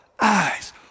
eyes